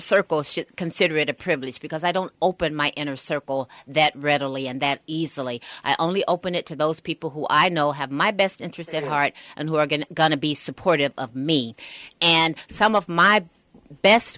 should consider it a privilege because i don't open my inner circle that readily and that easily i only open it to those people who i know have my best interests at heart and who are going gonna be supportive of me and some of my best